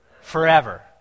forever